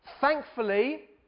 Thankfully